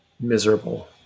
miserable